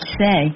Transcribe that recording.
say